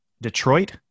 Detroit